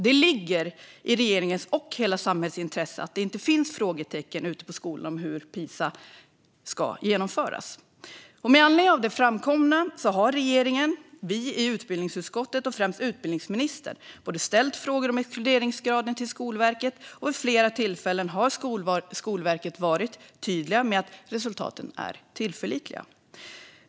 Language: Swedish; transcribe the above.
Det ligger i regeringens och hela samhällets intresse att det inte finns frågetecken ute på skolorna om hur Pisa ska genomföras. Med anledning av det framkomna har regeringen, vi i utbildningsutskottet och främst utbildningsministern ställt frågor om exkluderingsgraden till Skolverket, och vid flera tillfällen har Skolverket varit tydligt med att resultaten är tillförlitliga.